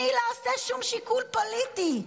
אני לא עושה שום שיקול פוליטי,